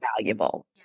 valuable